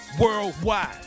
worldwide